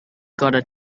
gotta